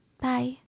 Bye